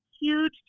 huge